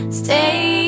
stay